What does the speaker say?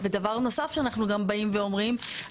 ודבר נוסף שאנחנו גם באים ואומרים,